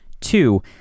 Two